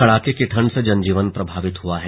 कड़ाके की ठंड से जनजीवन प्रभावित हुआ है